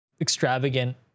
extravagant